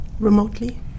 Remotely